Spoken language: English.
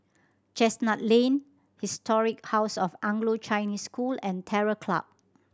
Chestnut Lane Historic House of Anglo Chinese School and Terror Club